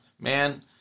man